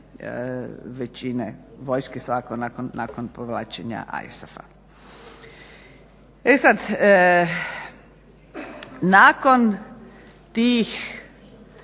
većine vojske svakako nakon povlačenja ISAF-a. E sad, nakon tih